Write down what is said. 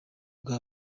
bwa